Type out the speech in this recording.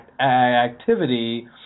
activity